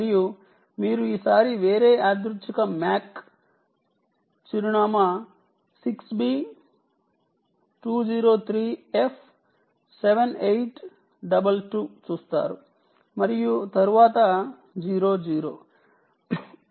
మరియు మీరు ఈసారి వేరే యాదృచ్ఛిక MAC అడ్రస్ 6 బి 203 ఎఫ్ 7822 చూస్తారు మరియు తరువాత 0 0